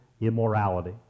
immorality